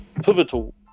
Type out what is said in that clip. pivotal